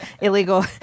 illegal